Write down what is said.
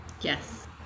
Yes